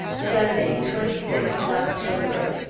sunday, twenty sixth october.